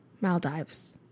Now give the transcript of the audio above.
Maldives